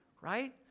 right